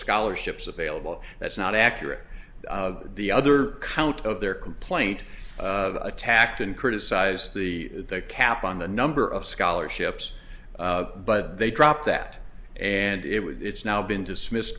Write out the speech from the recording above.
scholarships available that's not accurate the other count of their complaint attacked and criticize the cap on the number of scholarships but they dropped that and it was it's now been dismissed